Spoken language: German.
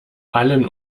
allen